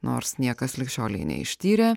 nors niekas lig šiolei neištyrė